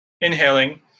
inhaling